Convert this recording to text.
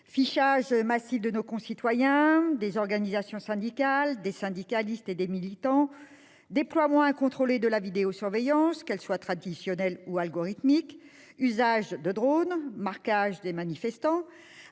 Fichage massif de nos concitoyens, des organisations syndicales, des syndicalistes et des militants, déploiement incontrôlé de la vidéosurveillance, qu'elle soit traditionnelle ou algorithmique, usage de drones, marquage des manifestants,